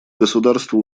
государства